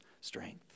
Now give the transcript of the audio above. strength